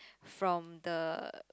from the